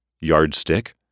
yardstick